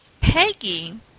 peggy